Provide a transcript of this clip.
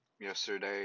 yesterday